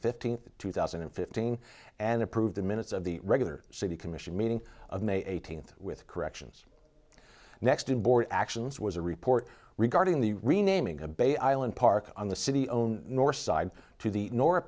fifteenth two thousand and fifteen and approved the minutes of the regular city commission meeting of may eighteenth with corrections next inboard actions was a report regarding the renaming a bay island park on the city own northside to the nor